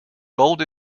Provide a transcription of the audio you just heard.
gold